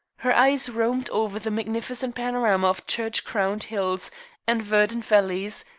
her eyes roamed over the magnificent panorama of church-crowned hills and verdant valleys,